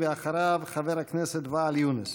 אחריו, חבר הכנסת ואאל יונס.